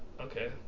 Okay